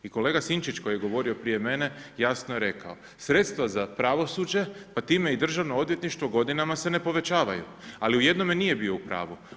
I kolega Sinčić koji je govorio prije mene jasno je rekao, sredstva za pravosuđe, pa time i državno odvjetništvo godinama se ne povećavaju, ali u jednom nije bio u pravu.